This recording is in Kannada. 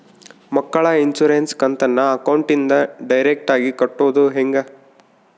ಮಕ್ಕಳ ಇನ್ಸುರೆನ್ಸ್ ಕಂತನ್ನ ಅಕೌಂಟಿಂದ ಡೈರೆಕ್ಟಾಗಿ ಕಟ್ಟೋದು ಹೆಂಗ?